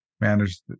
manage